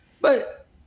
but-